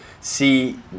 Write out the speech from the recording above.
see